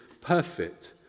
perfect